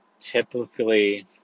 typically